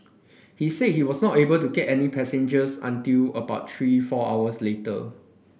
he said he was not able to get any passengers until about three four hours later